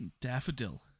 daffodil